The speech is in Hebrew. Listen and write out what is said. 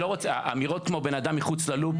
אמירות כמו "בן אדם מחוץ ללופ",